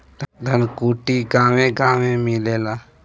धनकुट्टी गांवे गांवे मिलेला